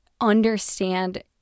understand